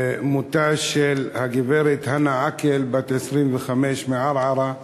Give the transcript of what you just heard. מותה של הגברת הנא אבו עקל, בת 25 מערערה,